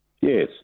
Yes